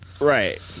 Right